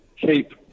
keep